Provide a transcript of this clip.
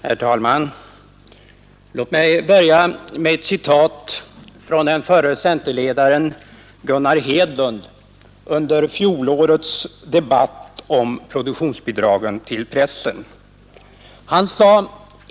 Herr talman! Låt mig börja med att återge vad förre centerledaren Gunnar Hedlund sade under fjolårets debatt om produktionsbidragen till pressen.